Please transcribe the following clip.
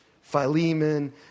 Philemon